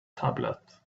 tablet